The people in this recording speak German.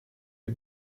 die